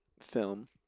film